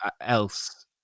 else